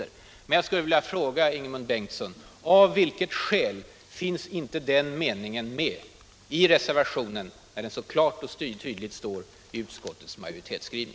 Men jag skulle vilja fråga Ingemund Bengtsson av vilket skäl den meningen inte finns med i reservationen?